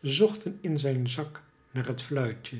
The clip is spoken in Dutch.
zochten in zijn zak naar het fluitje